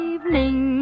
Evening